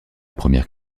première